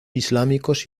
islámicos